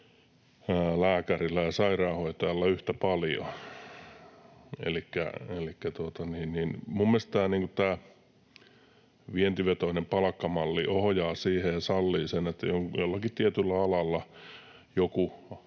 lääkärillä ja sairaanhoitajalla yhtä paljon? Elikkä minun mielestäni tämä vientivetoinen palkkamalli ohjaa siihen ja sallii sen, että jollakin tietyllä alalla